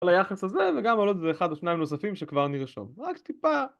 על היחס הזה, וגם על עוד אחד או שניים נוספים שכבר נרשום. רק טיפה ...